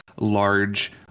large